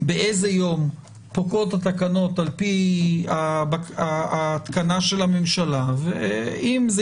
באיזה יום פוקעות התקנות על פי ההתקנה של הממשלה ואם זה